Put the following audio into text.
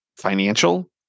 Financial